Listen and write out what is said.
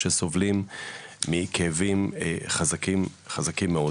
שסובלים מכאבים חזקים מאוד.